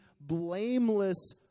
blameless